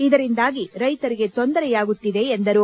ಇದರಿಂದಾಗಿ ರೈತರಿಗೆ ತೊಂದರೆಯಾಗುತ್ತಿದೆ ಎಂದರು